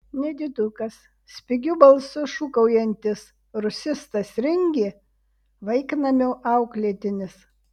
nedidukas spigiu balsu šūkaujantis rusistas ringė vaiknamio auklėtinis